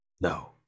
No